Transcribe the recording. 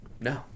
No